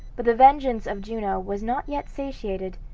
but the vengeance of juno was not yet satiated.